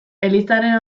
elizaren